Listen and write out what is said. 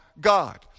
God